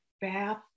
bath